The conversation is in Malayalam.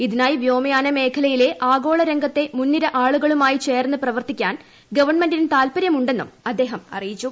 ഇതിനായി വ്യോമയാന മേഖലയിലെ ആഗോള രംഗിത്തെ ് മുൻനിര ആളുകളുമായി ചേർന്ന് പ്രവർത്തിക്കാൻ ഗവൺമെന്റിന് താൽപര്യം ഉണ്ടെന്നും അദ്ദേഹം അറിയിച്ചു